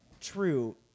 True